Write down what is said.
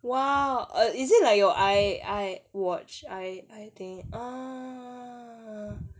!wow! err is it like your I I watch I I think orh